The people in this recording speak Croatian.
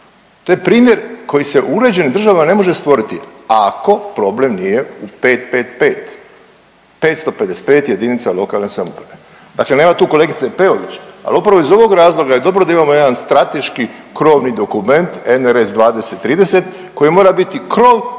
to je primjer koji se u uređenim državama ne može stvoriti ako problem nije u 555, 555 JLS. Dakle nema tu kolegice Peović, ali upravo iz ovog razloga je dobro da imamo jedan strateški krovni dokument NRS 2030 koji mora biti krov